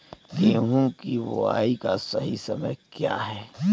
गेहूँ की बुआई का सही समय क्या है?